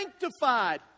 sanctified